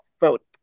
vote